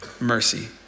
Mercy